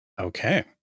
Okay